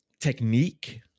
technique